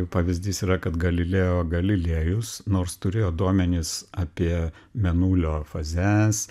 pavyzdys yra kad galileo galilėjus nors turėjo duomenis apie mėnulio fazes